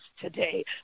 today